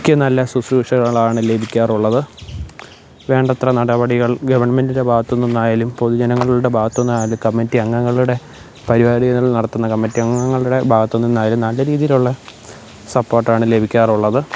യ്ക്ക് നല്ല ശുശ്രൂഷകളാണ് ലഭിക്കാറുള്ളത് വേണ്ടത്ര നടപടികള് ഗവണ്മെൻറ്റിന്റെ ഭാഗത്തു നിന്നായാലും പൊതുജനങ്ങളുടെ ഭാഗത്തു നിന്നായാലും കമ്മിറ്റി അംഗങ്ങളുടെ പരിപാടികള് നടത്തുന്ന കമ്മിറ്റി അംഗങ്ങളുടെ ഭാഗത്തുനിന്നായാലും നല്ല രീതിയിലുള്ള സപ്പോര്ട്ടാണ് ലഭിക്കാറുള്ളത്